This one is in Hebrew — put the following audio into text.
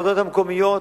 הוועדות המקומיות,